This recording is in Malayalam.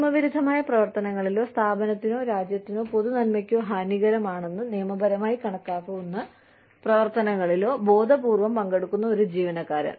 നിയമവിരുദ്ധമായ പ്രവർത്തനങ്ങളിലോ സ്ഥാപനത്തിനോ രാജ്യത്തിനോ പൊതുനന്മയ്ക്കോ ഹാനികരമാണെന്ന് നിയമപരമായി കണക്കാക്കാവുന്ന പ്രവർത്തനങ്ങളിലോ ബോധപൂർവം പങ്കെടുക്കുന്ന ഒരു ജീവനക്കാരൻ